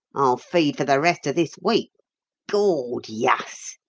i'll feed for the rest of this week gawd, yuss!